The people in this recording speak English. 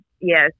yes